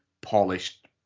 polished